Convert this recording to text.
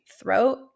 throat